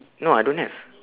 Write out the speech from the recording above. no I don't have